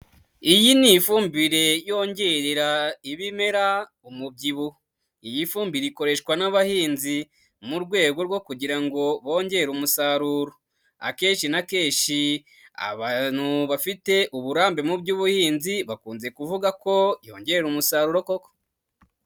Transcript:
Iyi ni ifumbire yongerera ibimera umubyibuho. Iyi fumbire ikoreshwa n'abahinzi mu rwego rwo kugira ngo bongere umusaruro. Akenshi na kenshi abantu bafite uburambe mu by'ubuhinzi bakunze kuvuga ko yongera umusaruro koko!